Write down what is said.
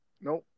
nope